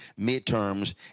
midterms